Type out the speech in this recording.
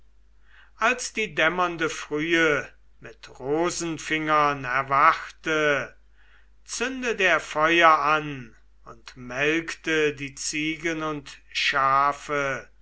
als die dämmernde frühe mit rosenfingern erwachte zündet er feuer an und melkte die ziegen und schafe